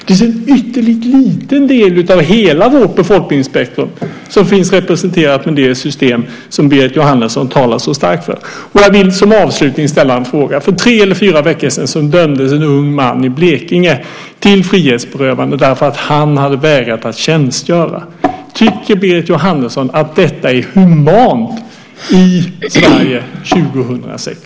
Det är en ytterligt liten del av hela vårt befolkningsspektrum som är representerat med det system som Berit Jóhannesson talar så varmt för. Jag vill som avslutning ställa en fråga. För tre eller fyra veckor sedan dömdes en ung man i Blekinge till frihetsberövande därför att han hade vägrat att tjänstgöra. Tycker Berit Jóhannesson att detta är humant i Sverige 2006?